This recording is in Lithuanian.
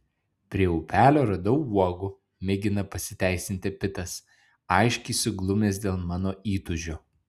prie upelio radau uogų mėgina pasiteisinti pitas aiškiai suglumęs dėl mano įtūžio